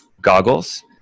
goggles